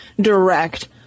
direct